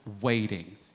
waiting